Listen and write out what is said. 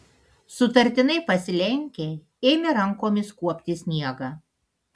sutartinai pasilenkę ėmė rankomis kuopti sniegą